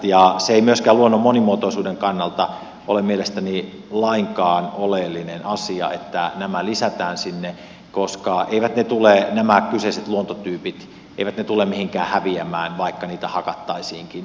se ei myöskään luonnon monimuotoisuuden kannalta ole mielestäni lainkaan oleellinen asia että nämä lisätään sinne koska eivät nämä kyseiset luontotyypit tule mihinkään häviämään vaikka niitä hakattaisiinkin